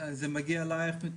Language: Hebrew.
זה מגיע אלייך,